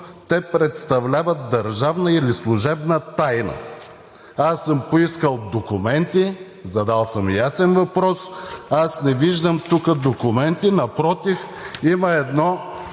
те представляват държавна или служебна тайна.“ Аз съм поискал документи, задал съм ясен въпрос. Не виждам тук документи, напротив – има едно